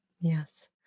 Yes